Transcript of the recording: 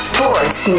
Sports